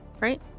Right